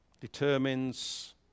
determines